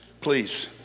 Please